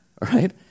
right